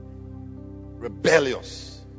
rebellious